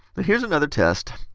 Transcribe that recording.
here's another test.